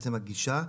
עצם הגישה,